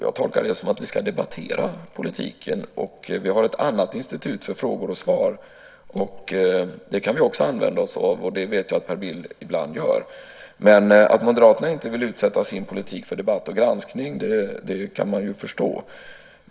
Jag tolkar det som att vi ska debattera politiken. Vi har ett annat institut för frågor och svar. Det kan vi också använda oss av. Det vet jag att Per Bill ibland gör. Att Moderaterna inte vill utsätta sin politik för debatt och granskning kan man förstå.